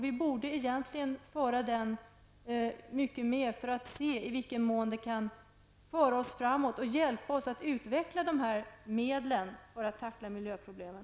Vi borde egentligen föra en sådan diskussion i mycket större utsträckning för att se i vilken mån den kan föra oss framåt och hjälpa oss att utveckla medlen för att tackla miljöproblemen.